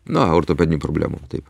na ortopedinėm problemom taip